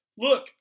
Look